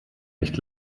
nicht